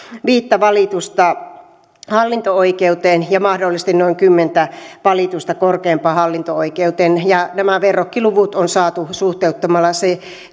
valitusta hallinto oikeuteen ja mahdollisesti noin kymmentä valitusta korkeimpaan hallinto oikeuteen ja nämä verrokkiluvut on saatu suhteuttamalla se